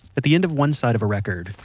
at the end of one side of a record,